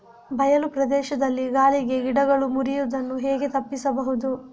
ಬಯಲು ಪ್ರದೇಶದಲ್ಲಿ ಗಾಳಿಗೆ ಗಿಡಗಳು ಮುರಿಯುದನ್ನು ಹೇಗೆ ತಪ್ಪಿಸಬಹುದು?